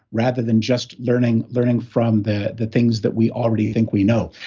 rather than just learning learning from the the things that we already think we know.